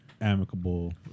amicable